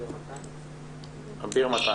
עביר.